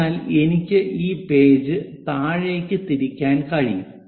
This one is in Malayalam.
അതിനാൽ എനിക്ക് ഈ പേജ് താഴേയ്ക്ക് തിരിക്കാൻ കഴിയും